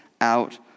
out